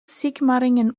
sigmaringen